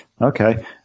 okay